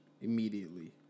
Immediately